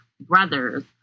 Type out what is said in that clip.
brothers